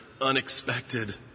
unexpected